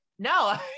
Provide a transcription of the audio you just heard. No